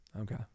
Okay